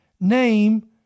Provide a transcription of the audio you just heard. name